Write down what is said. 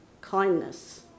kindness